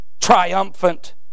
triumphant